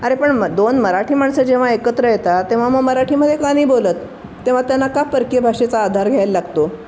अरे पण मग दोन मराठी माणसं जेव्हा एकत्र येतात तेव्हा मग मराठीमध्ये का नाही बोलत तेव्हा त्यांना का परकीय भाषेचा आधार घ्याय लागतो